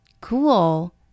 Cool